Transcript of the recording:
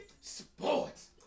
sports